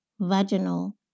vaginal